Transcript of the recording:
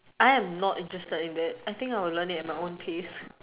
I am not interested in it I think I would learn it at my own pace